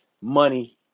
money